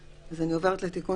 בינתיים.